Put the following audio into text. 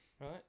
right